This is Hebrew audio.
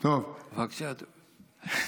בבקשה, אדוני.